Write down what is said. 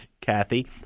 Kathy